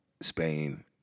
Spain